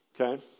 Okay